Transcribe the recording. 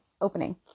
Opening